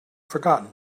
forgotten